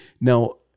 Now